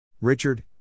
Richard